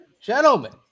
gentlemen